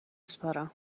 سپارم